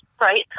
Right